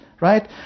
right